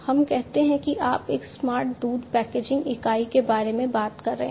हम कहते हैं कि आप एक स्मार्ट दूध पैकेजिंग इकाई के बारे में बात कर रहे हैं